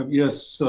yes,